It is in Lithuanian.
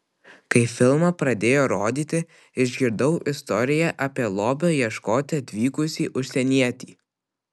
kai filmą pradėjo rodyti išgirdau istoriją apie lobio ieškoti atvykusį užsienietį